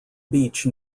beach